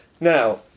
Now